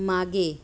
मागे